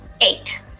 Eight